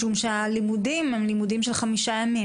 משום שהלימודים הם לימודים של חמישה ימים,